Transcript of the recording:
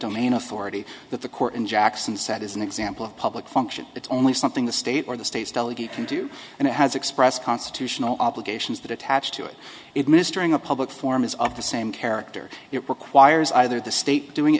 domain authority that the court in jackson said is an example of public function it's only something the state or the states delegate can do and it has expressed constitutional obligations that attach to it it ministering a public forum is of the same character it requires either the state doing